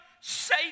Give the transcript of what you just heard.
say